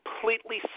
completely